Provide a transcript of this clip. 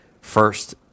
first